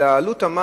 אלא עלות המים,